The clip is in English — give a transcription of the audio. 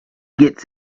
gets